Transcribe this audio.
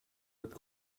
mit